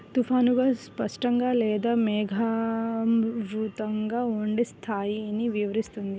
తుఫానుగా, స్పష్టంగా లేదా మేఘావృతంగా ఉండే స్థాయిని వివరిస్తుంది